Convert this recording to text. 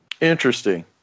Interesting